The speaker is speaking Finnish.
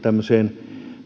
tämmöiseen